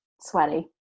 sweaty